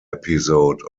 episode